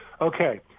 Okay